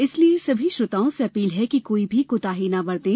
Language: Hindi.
इसलिए सभी श्रोताओं से अपील है कि कोई भी कोताही न बरतें